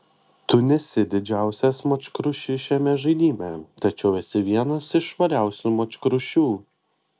tu nesi didžiausias močkrušys šiame žaidime tačiau esi vienas iš švariausių močkrušių